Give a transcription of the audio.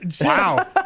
Wow